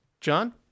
John